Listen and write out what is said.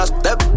step